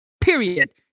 period